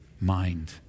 mind